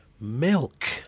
Milk